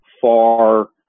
far